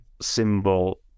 symbol